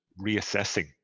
reassessing